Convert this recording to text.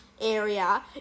area